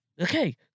Okay